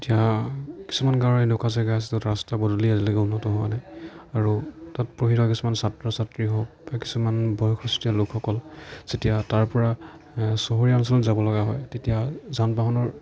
এতিয়া কিছুমান গাঁৱৰ এনেকুৱা জেগা আছে য'ত ৰাস্তা পদূলি আজিলৈকে উন্নত হোৱা নাই আৰু তাত পঢ়ি থকা কিছুমান ছাত্ৰ ছাত্ৰী হওঁক বা কিছুমান বয়সষ্ঠ লোকসকল যেতিয়া তাৰ পৰা চহৰীয়া অঞ্চল যাব লগা হয় তেতিয়া যান বাহনৰ